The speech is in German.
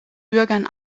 bürgern